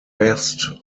vest